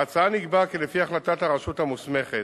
בהצעה נקבע, כי לפי החלטת הרשות המוסמכת